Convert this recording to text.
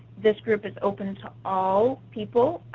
this group is open to all people